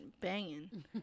banging